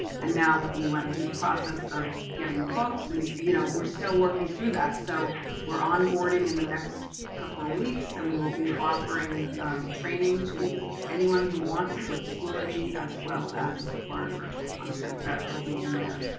and now we went through the process of getting quotes and you know we're still working through that. so we're onboarding in the next couple of weeks and we will be offering training to anyone who wants it with schoology as well as the florida virtual content that will be in there.